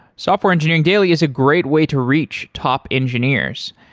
software engineering daily is a great way to reach top engineers.